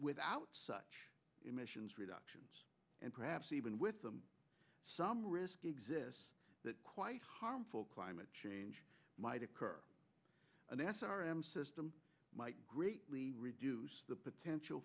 without such emissions reductions and perhaps even with them some risk exists that quite harmful climate change might occur in s r m system might greatly reduce the potential